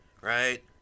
right